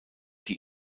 die